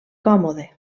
còmode